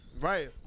Right